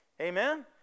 Amen